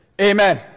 Amen